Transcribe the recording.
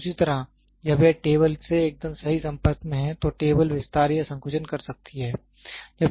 उसी तरह जब यह टेबल से एकदम सही संपर्क में है तो टेबल विस्तार या संकुचन कर सकती है